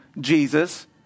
Jesus